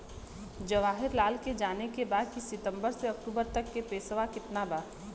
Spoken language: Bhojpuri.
जवाहिर लाल के जाने के बा की सितंबर से अक्टूबर तक के पेसवा कितना बा?